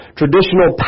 traditional